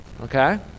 Okay